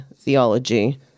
theology